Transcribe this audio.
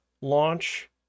launch